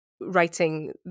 writing